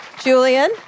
Julian